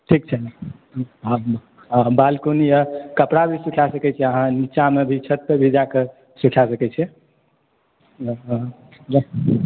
ठीक छै ने बालकोनी यऽ कपड़ा भी सुखा सकै छी अहाँ नीचाँ भी छत पर भी जाय कऽ सुखा सकै छी ठीक छै